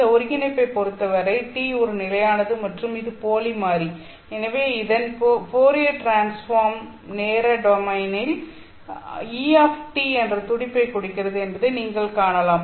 இந்த ஒருங்கிணைப்பைப் பொருத்தவரை τ ஒரு நிலையானது மற்றும் இது போலி மாறி எனவே இதன் ஃபோரியர் டிரான்ஸ்பார்ம் நேர டொமைனில் eτ என்ற துடிப்பைக் கொடுக்கிறது என்பதை நீங்கள் காணலாம்